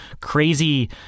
crazy